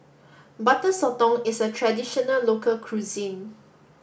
Butter Sotong is a traditional local cuisine